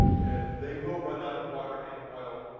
and they will run out of water and oil